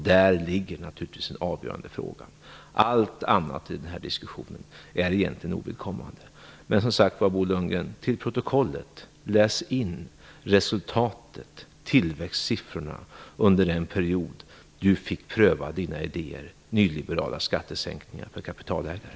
Där ligger naturligtvis den avgörande frågan. Allt annat i den här diskussionen är egentligen ovidkommande. Bo Lundgren bör till protokollet läsa in resultatet och tillväxtsiffrorna från den period då han fick pröva sina idéer om nyliberala skattesänkningar för kapitalägare.